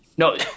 No